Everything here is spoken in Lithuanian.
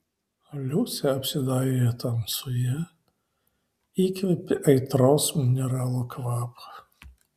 liusė apsidairė tamsoje įkvėpė aitraus mineralų kvapo